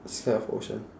scared of ocean